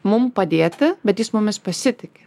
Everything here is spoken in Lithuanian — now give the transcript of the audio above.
mum padėti bet jis mumis pasitiki